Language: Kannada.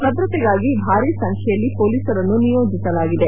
ಭದ್ರತೆಗಾಗಿ ಭಾರಿ ಸಂಖ್ಯೆಯಲ್ಲಿ ಪೊಲೀಸರನ್ನು ನಿಯೋಜಿಸಲಾಗಿದೆ